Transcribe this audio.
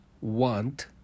want